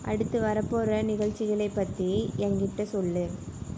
அடுத்து வரப்போகற நிகழ்ச்சிகளை பற்றி எங்கிட்ட சொல்